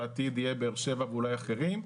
בעתיד זה יהיה באר שבע ואולי אחרים.